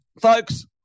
folks